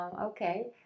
Okay